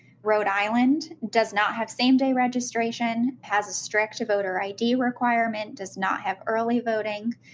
rhode island does not have same-day registration, has a stricter voter i. d. requirement, does not have early voting,